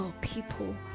people